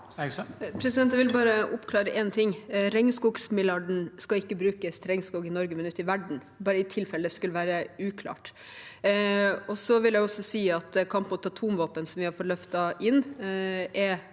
Jeg vil bare oppklare en ting: Regnskogsmilliarden skal ikke brukes til regnskog i Norge, men ute i verden – bare i tilfelle det skulle være uklart. Jeg vil også si at kampen mot atomvåpen, som vi har fått løftet inn, er